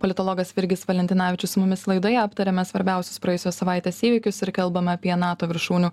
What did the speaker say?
politologas virgis valentinavičius su mumis laidoje aptariame svarbiausius praėjusios savaitės įvykius ir kalbame apie nato viršūnių